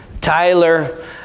Tyler